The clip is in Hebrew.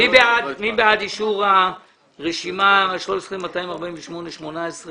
מי בעד אישור הרשימה 13-248-18?